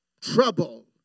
trouble